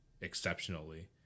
exceptionally